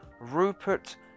Rupert